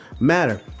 matter